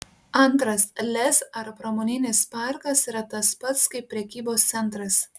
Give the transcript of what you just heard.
antras lez ar pramoninis parkas yra tas pats kaip prekybos centras